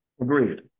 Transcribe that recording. Agreed